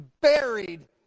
buried